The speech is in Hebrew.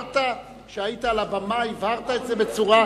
כשהיית על הבמה הבהרת את זה בצורה,